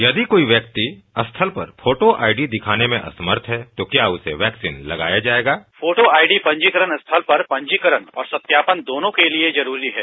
यदि कोई व्याक्ति स्थल पर फोटो आई दिखाने में समर्थ है और क्या उसे वैक्सीन लगाया जाएगा फोटो आईडी पंजीकरण स्थल पर पंजीकरण और सत्यापन दोनों के लिए जरूरी है